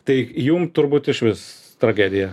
tai jum turbūt išvis tragedija